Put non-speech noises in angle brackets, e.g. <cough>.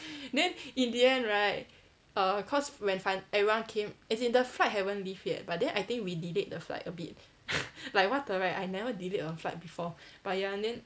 then in the end right err cause when fin~ everyone came as in the flight haven't leave yet but then I think we delayed the flight a bit <laughs> like what the right I never delayed a flight before but ya and then